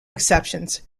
exceptions